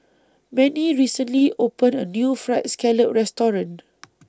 Manie recently opened A New Fried Scallop Restaurant